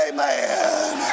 Amen